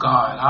God